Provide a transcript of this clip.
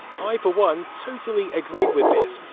i for one, totally agree with this.